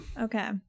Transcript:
Okay